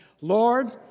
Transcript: Lord